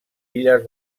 illes